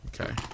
Okay